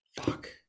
fuck